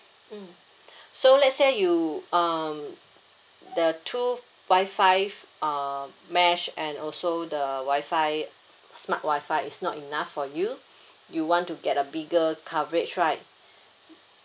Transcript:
mm so let's say you um the two Wi-Fi uh mesh and also the Wi-Fi smart Wi-Fi is not enough for you you want to get a bigger coverage right